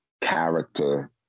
character